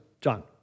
John